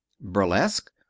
Burlesque